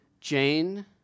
Jane